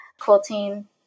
quilting